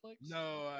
No